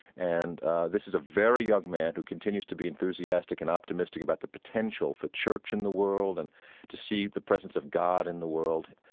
and this is a very young man who continues to be enthusiastic and optimistic about the potential for church in the world and to see the presence of god in the world,